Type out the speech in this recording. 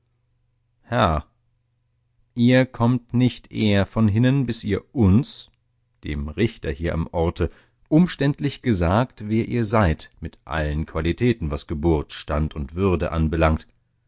herr ihr kommt nicht eher von hinnen bis ihr uns dem richter hier am orte umständlich gesagt wer ihr seid mit allen qualitäten was geburt stand und würde anbelangt